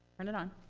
turn it on.